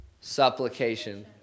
Supplication